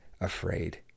afraid